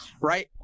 Right